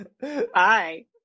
Bye